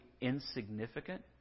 insignificant